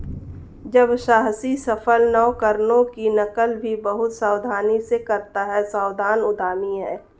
जब साहसी सफल नवकरणों की नकल भी बहुत सावधानी से करता है सावधान उद्यमी है